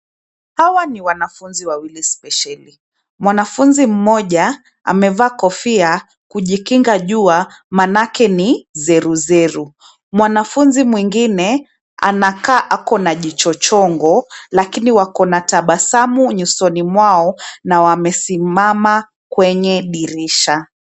Hawa ni wanafuzi wawili spesheli. Mwanafunzi mmoja amevaa kofia kujikinga jua maanake ni zeruzeru, mwanafunzi mwengine anakaa ako na jicho chongo lakini wako na tabasamu nyusoni mwao na wamesimama kwenye dirisha.